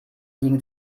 liegen